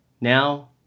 now